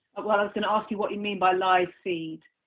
was going to ask you what you mean by live feed.